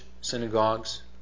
synagogues